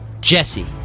Jesse